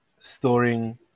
storing